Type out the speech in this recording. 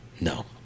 No